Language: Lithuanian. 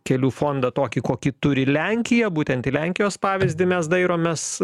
kelių fondą tokį kokį turi lenkija būtent į lenkijos pavyzdį mes dairomės